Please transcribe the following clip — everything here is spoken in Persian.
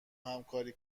همکاری